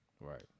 Right